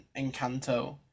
Encanto